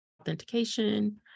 authentication